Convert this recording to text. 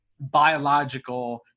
biological